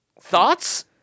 Thoughts